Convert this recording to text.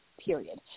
Period